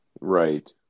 Right